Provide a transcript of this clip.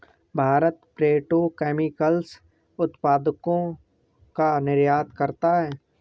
Bharat petrochemicals उत्पादों का निर्यात करता है